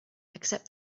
except